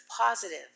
positive